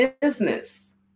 business